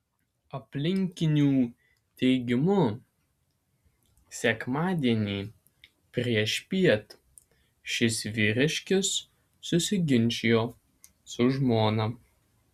aplinkinių teigimu sekmadienį priešpiet šis vyriškis susiginčijo su žmona